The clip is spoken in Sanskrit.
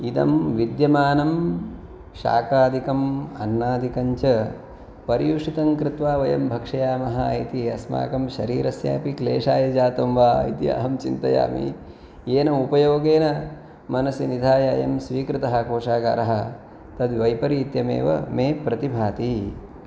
इदं विद्यमानं शाकादिकम् अन्नादिकञ्च परियुशितं कृत्वा वयं भक्षयामः इति अस्माकं शरीरस्यापि क्लेशाय जातं वा इति अहं चितयामि येन उपयोगेन मनसि निधाय अयं स्वीकृतः कोशागारः तद् वैपरीत्यम् एव मे प्रतिभाति